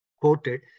quoted